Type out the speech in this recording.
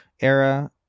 Era